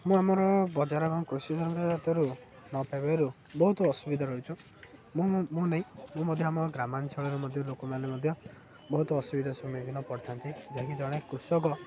ମୁଁ ଆମର ବଜାର ଏବଂ କୃଷି ଜାତରୁ ନ ପାଇବାରୁ ବହୁତ ଅସୁବିଧା ରହିଛୁ ମୁଁ ମୁଁ ମୁଁ ନେଇ ମୁଁ ମଧ୍ୟ ଆମ ଗ୍ରାମାଞ୍ଚଳର ମଧ୍ୟ ଲୋକମାନେ ମଧ୍ୟ ବହୁତ ଅସୁବିଧା ସମ୍ମୁଖୀନ ପଡ଼ିଥାନ୍ତି ଯାହାକି ଜଣେ କୃଷକ